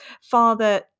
father